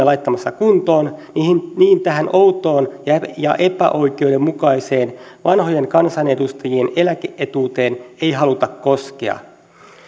laittamassa kuntoon tähän outoon ja epäoikeudenmukaiseen vanhojen kansanedustajien eläke etuuteen ei haluta koskea